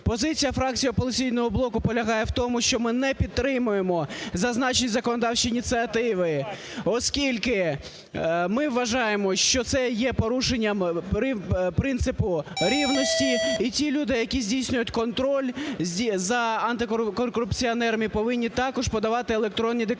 Позиція фракції "Опозиційного блоку" полягає в тому, що ми не підтримуємо зазначені законодавчі ініціативи, оскільки ми вважаємо, що це є порушенням принципу рівності, і ті люди, які здійснюють контроль за антикорупціонерами, повинні також подавати електронні декларації.